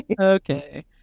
Okay